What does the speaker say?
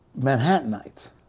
Manhattanites